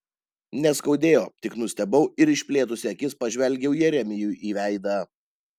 neskaudėjo tik nustebau ir išplėtusi akis pažvelgiau jeremijui į veidą